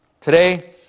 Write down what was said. Today